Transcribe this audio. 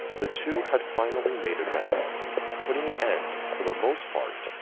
the two had finally made amends putting an end for the most part,